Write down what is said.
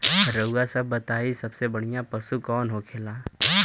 रउआ सभ बताई सबसे बढ़ियां पशु कवन होखेला?